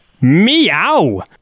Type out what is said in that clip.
Meow